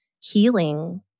healing